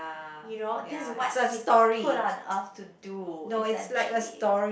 you know this is what he put on earth to do essentially